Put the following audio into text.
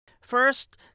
First